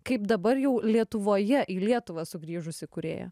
kaip dabar jau lietuvoje į lietuvą sugrįžusį kūrėją